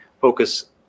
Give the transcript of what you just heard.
focus